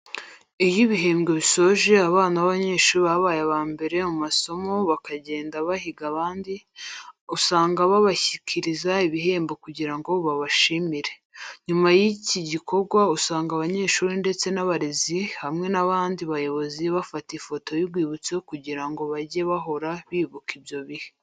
Iyo ibihembwe bisoje abana b'abanyeshuri babaye abambere mu masomo bakagenda bahiga abandi, usanga babashyikiriza ibihembo kugira ngo babashimire. Nyuma y'iki gikorwa usanga abanyeshuri ndetse n'abarezi hamwe n'abandi bayobozi bafata ifoto y'urwibutso kugira ngo bajye bahora bibuka ibyo bihe.